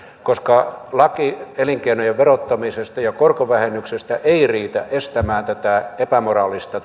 koska laki elinkeinojen verottamisesta ja korkovähennyksestä ei riitä estämään tätä epämoraalista